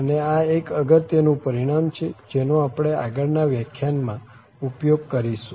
અને આ એક અગત્ય નું પરિણામ છે જેનો આપણે આગળ ના વ્યાખ્યાનમાં ઉપયોગ કરીશું